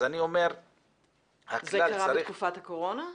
זה יעצור גם את התוכניות האלה.